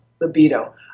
libido